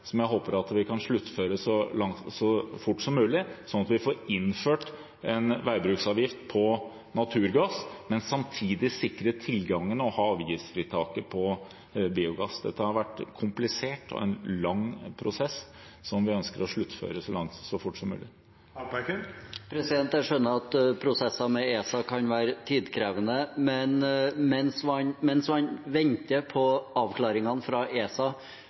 som jeg håper at vi kan sluttføre så fort som mulig slik at vi får innført en veibruksavgift på naturgass, men samtidig sikrer tilgangen og har avgiftsfritaket på biogass. Dette har vært komplisert – en lang prosess som vi ønsker å sluttføre så fort som mulig. Jeg skjønner at prosesser med ESA kan være tidkrevende, men mens man venter på avklaringene fra ESA,